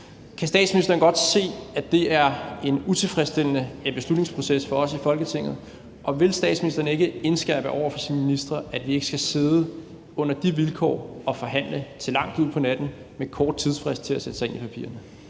Kan statsministeren godt se, at det er en utilfredsstillende beslutningsproces for os i Folketinget? Og vil statsministeren ikke indskærpe over for sine ministre, at vi ikke skal sidde under de vilkår og forhandle til langt ud på natten og med en kort tidsfrist til at sætte os ind i papirerne?